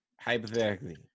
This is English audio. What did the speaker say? Hypothetically